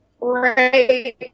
right